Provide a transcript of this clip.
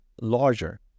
larger